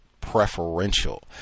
Preferential